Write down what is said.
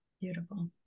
Beautiful